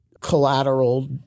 collateral